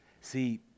See